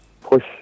push